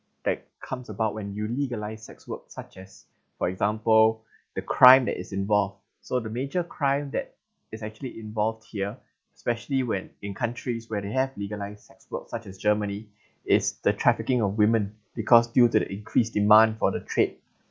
that comes about when you legalise sex work such as for example the crime that is involved so the major crime that is actually involved here especially when in countries where they have legalised sex work such as germany is the trafficking of women because due to the increased demand for the trade